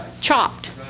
chopped